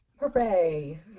Hooray